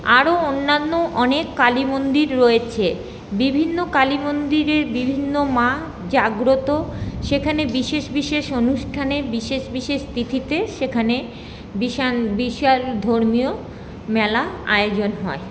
আরও অন্যান্য অনেক কালী মন্দির রয়েছে বিভিন্ন কালী মন্দিরের বিভিন্ন মা জাগ্রত সেখানে বিশেষ বিশেষ অনুষ্ঠানে বিশেষ বিশেষ তিথিতে সেখানে বিশাল বিশাল ধর্মীয় মেলা আয়োজন হয়